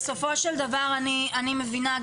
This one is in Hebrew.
בסופו של דבר אני מבינה,